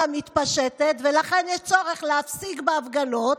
מתפשטת ולכן יש צורך להפסיק את הפגנות,